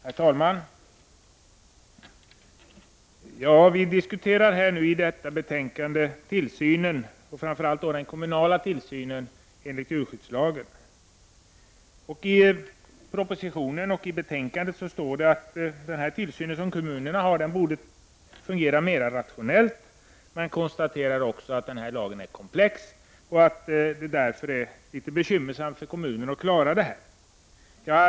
Herr talman! Vi diskuterar i detta betänkande tillsynen, och framför allt den kommunala tillsynen, enligt djurskyddslagen. I propositionen och i betänkandet står det att den tillsyn som kommunerna utför borde fungera mer rationellt, men man konstaterar att lagen är komplex och att det därför är litet bekymmersamt för kommunerna att klara av verksamheten.